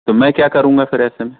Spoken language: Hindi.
तो मैं क्या करूँगा फिर ऐसे में